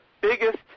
biggest